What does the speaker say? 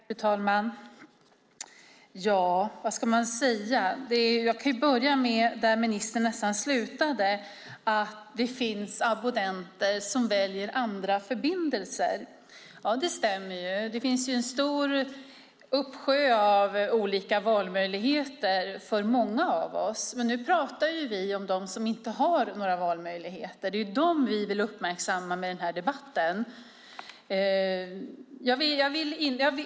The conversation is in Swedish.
Fru talman! Vad ska man säga? Jag kan börja nästan där ministern slutade, att det finns abonnenter som väljer andra förbindelser. Ja, det stämmer. Det finns ju en uppsjö av olika valmöjligheter för många av oss. Men nu pratar vi ju om dem som inte har några valmöjligheter. Det är dem vi vill uppmärksamma med den här debatten.